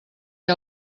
què